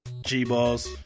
G-Balls